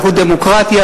אנחנו דמוקרטיה,